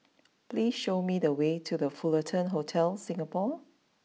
please show me the way to the Fullerton Hotel Singapore